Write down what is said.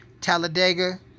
Talladega